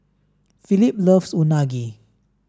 Phillip loves Unagi